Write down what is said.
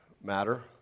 matter